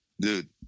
Dude